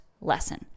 lesson